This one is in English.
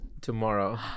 tomorrow